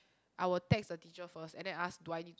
I will text the teacher first and then ask do I need to